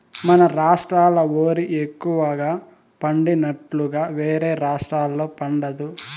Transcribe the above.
మన రాష్ట్రాల ఓరి ఎక్కువగా పండినట్లుగా వేరే రాష్టాల్లో పండదు